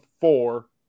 four